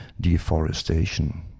deforestation